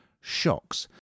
shocks